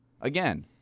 Again